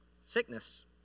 sickness